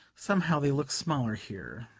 somehow they look smaller here,